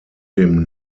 dem